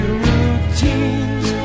routines